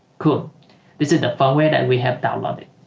cool this is the far way that we have downloaded